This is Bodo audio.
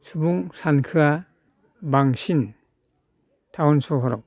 सुबुं सानखोआ बांसिन टाउन सहराव